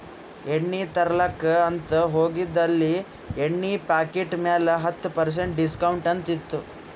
ಎಣ್ಣಿ ತರ್ಲಾಕ್ ಅಂತ್ ಹೋಗಿದ ಅಲ್ಲಿ ಎಣ್ಣಿ ಪಾಕಿಟ್ ಮ್ಯಾಲ ಹತ್ತ್ ಪರ್ಸೆಂಟ್ ಡಿಸ್ಕೌಂಟ್ ಅಂತ್ ಇತ್ತು